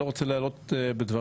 אני לא רוצה להלאות בדברים,